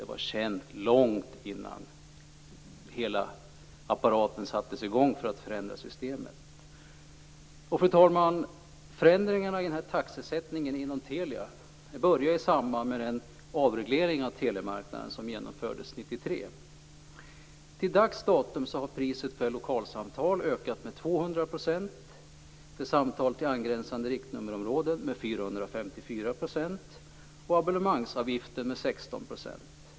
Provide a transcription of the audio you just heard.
Den var känd långt innan hela apparaten för att förändra systemet sattes i gång. Fru talman! Förändringarna i taxesättningen inom Telia började i samband med den avreglering av telemarknaden som genomfördes 1993. Till dags dato har priset för lokalsamtal ökat med 200 % och för samtal till angränsande riktnummerområden med 454 %. Abonnemangsavgiften har ökat med 16 %.